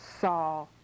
saw